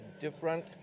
different